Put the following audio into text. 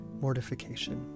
mortification